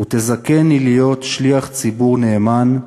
ותזכני להיות שליח ציבור נאמן.